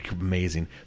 Amazing